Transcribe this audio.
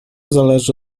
zależy